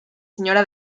señora